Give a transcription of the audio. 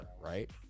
right